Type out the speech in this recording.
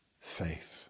faith